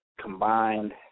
combined